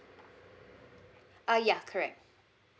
uh ya correct